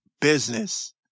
business